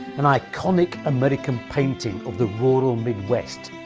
an iconic american painting of the rural mid-west.